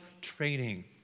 training